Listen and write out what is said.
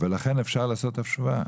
לכן אפשר לעשות השוואה.